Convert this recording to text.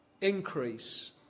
Increase